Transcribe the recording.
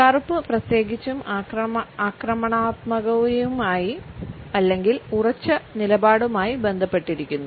കറുപ്പ് പ്രത്യേകിച്ചും ആക്രമണാത്മകതയുമായി അല്ലെങ്കിൽ ഉറച്ച നിലപാടുമായി ബന്ധപ്പെട്ടിരിക്കുന്നു